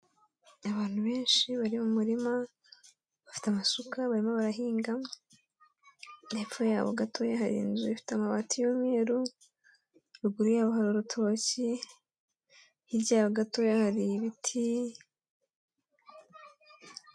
Abantu benshi bari mu murima bafite amasuka barimo barahinga, hepfo yabo gatoya hari inzu ifite amabati y'umweru, rugururiye hari urotoki, hirya gatoya hari ibiti.